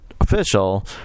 official